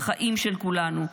בחיים של כולנו,